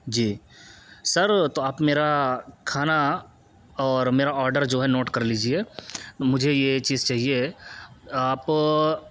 جی sir تو آپ میرا کھانا اور میرا آرڈر جو ہے نوٹ کر لیجیے مجھے یہ چیز چاہیے آپ